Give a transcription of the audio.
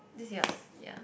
this is yours ya